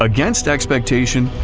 against expectation,